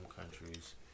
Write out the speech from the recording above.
countries